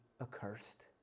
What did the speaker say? Accursed